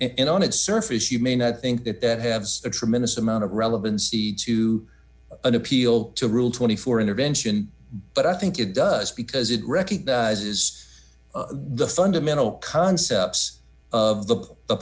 and on its surface you may not think that that have a tremendous amount of relevancy to an appeal to rule twenty four dollars intervention but i think it does because it recognizes the fundamental concepts of the